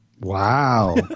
Wow